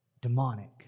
demonic